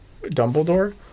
Dumbledore